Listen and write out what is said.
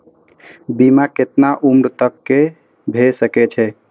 बीमा केतना उम्र तक के भे सके छै?